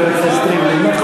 חבר הכנסת ריבלין.